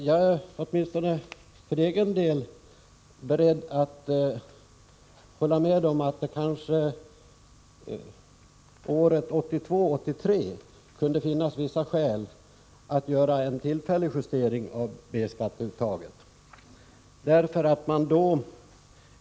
Jag är åtminstone för egen del beredd att hålla med om att det kanske åren 1982-1983 kunde finnas skäl att göra en tillfällig justering av B-skatteuttaget.